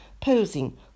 posing